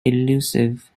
elusive